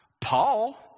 Paul